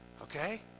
Okay